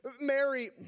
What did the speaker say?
Mary